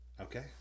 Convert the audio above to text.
Okay